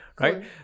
right